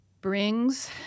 brings